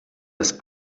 das